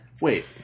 Wait